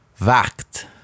Wacht